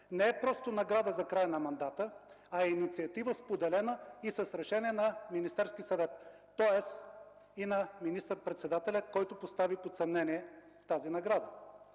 не е просто награда за края на мандата, а е инициатива, споделена и с решение на Министерския съвет, тоест и на министър-председателя, който постави под съмнение тази награда.